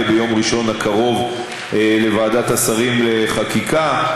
ביום ראשון הקרוב לוועדת שרים לחקיקה,